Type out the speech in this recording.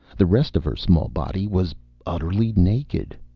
the rest of her small body was utterly naked.